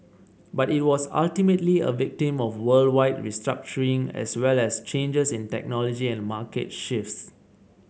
but it was ultimately a victim of worldwide restructuring as well as changes in technology and market shifts